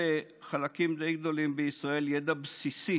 לחלקים די גדולים בישראל יש גם ידע בסיסי